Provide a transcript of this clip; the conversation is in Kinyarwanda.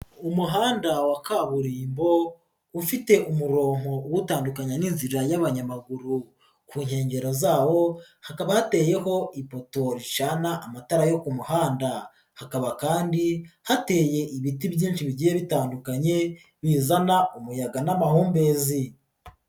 Umuhanda wa kaburimbo ufite umurongo uwutandukanya n'inzira y'abanyamaguru, ku nkengero zawo hakaba hateyeho ipoto ricana amatara yo ku muhanda, hakaba kandi hateye ibiti byinshi bigiye bitandukanye, bizana umuyaga n'amahumbezi.